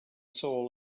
soul